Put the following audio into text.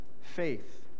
faith